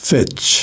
Fetch